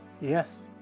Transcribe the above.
yes